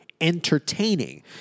entertaining